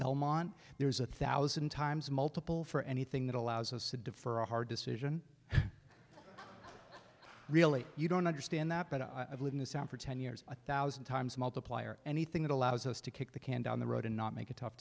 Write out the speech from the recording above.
belmont there's a thousand times multiple for anything that allows us to defer a hard decision really you don't understand that but i live in the south for ten years a thousand times multiplier anything that allows us to kick the can down the road and not make a tough